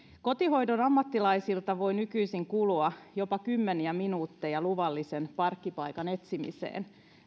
kotihoidon ammattilaisilta voi nykyisin kulua jopa kymmeniä minuutteja luvallisen parkkipaikan etsimiseen